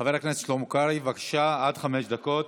חבר הכנסת שלמה קרעי, בבקשה, עד חמש דקות.